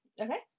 Okay